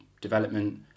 development